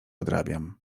odrabiam